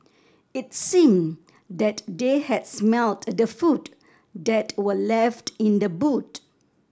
it seemed that they had smelt the food that were left in the boot